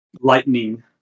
lightning